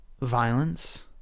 violence